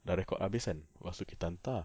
dah record habis kan lepas tu kita hantar ah